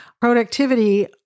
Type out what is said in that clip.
Productivity